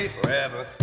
forever